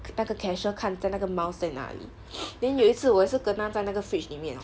那个 cashier 看在那个 mouse 在哪里 then 有一次我也是 kena 在那个 fridge 里面